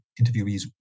interviewees